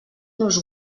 nos